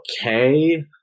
okay